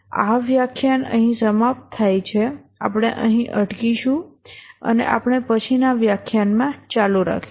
આ વ્યાખ્યાન અહીં સમાપ્ત થાય છે આપણે અહીં અટકીશું અને આપણે પછીના વ્યાખ્યાનમાં ચાલુ રાખીશું